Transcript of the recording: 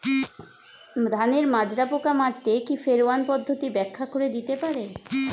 ধানের মাজরা পোকা মারতে কি ফেরোয়ান পদ্ধতি ব্যাখ্যা করে দিতে পারে?